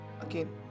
again